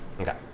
Okay